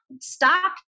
stop